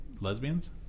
lesbians